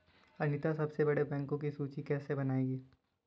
अनीता सबसे बड़े बैंकों की सूची कैसे बनायेगी?